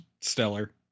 stellar